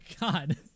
God